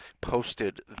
posted